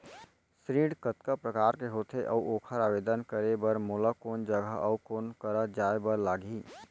ऋण कतका प्रकार के होथे अऊ ओखर आवेदन करे बर मोला कोन जगह अऊ कोन करा जाए बर लागही?